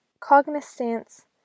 cognizance